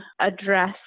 address